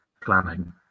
planning